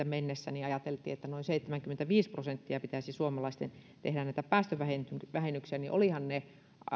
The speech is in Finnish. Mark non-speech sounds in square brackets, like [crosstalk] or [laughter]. [unintelligible] mennessä että noin seitsemänkymmentäviisi prosenttia pitäisi suomalaisten tehdä näitä päästövähennyksiä olivathan ne